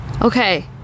Okay